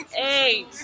eight